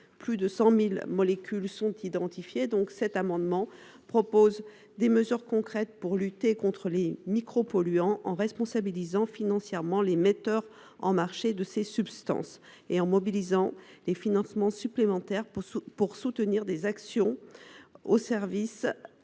Plus de 100 000 molécules sont identifiées à ce titre. Cet amendement vise à réduire par des mesures de lutte concrètes la quantité de micropolluants en responsabilisant financièrement les metteurs en marché de ces substances et en mobilisant des financements supplémentaires pour soutenir les actions du service